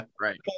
Right